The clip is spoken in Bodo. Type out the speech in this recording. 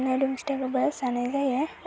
लावदुम फिथाखौबो जानाय जायो